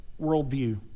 worldview